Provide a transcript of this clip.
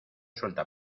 suelta